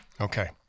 Okay